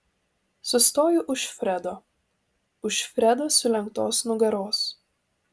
sustoju už fredo už fredo sulenktos nugaros